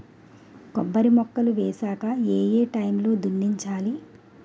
కొబ్బరి మొక్కలు వేసాక ఏ ఏ టైమ్ లో దున్నించాలి?